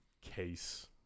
case